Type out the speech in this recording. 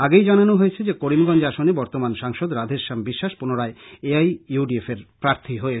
আগেই জানানো হয়েছে যে করিমগঞ্জ আসনে বর্তমান সাংসদ রাধেশ্যাম বিশ্বাস পুনরায় A I U D F প্রার্থী হয়েছেন